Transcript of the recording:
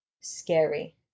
scary